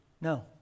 no